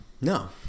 No